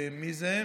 מי זה?